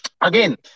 again